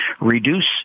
reduce